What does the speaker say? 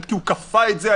ואחרי שאמרנו יש דבר כזה,